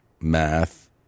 math